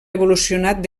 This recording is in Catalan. evolucionat